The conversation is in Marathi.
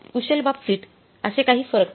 कुशल बाबतीत असे काही फरक नाही